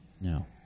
No